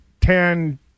ten